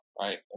right